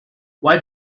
why